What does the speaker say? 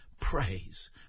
praise